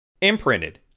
imprinted